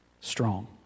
strong